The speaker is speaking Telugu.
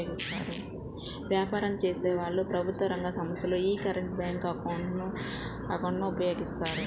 వ్యాపారం చేసేవాళ్ళు, ప్రభుత్వ రంగ సంస్ధలు యీ కరెంట్ బ్యేంకు అకౌంట్ ను ఉపయోగిస్తాయి